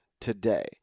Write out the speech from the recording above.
today